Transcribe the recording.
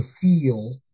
feel